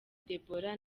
deborah